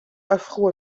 afro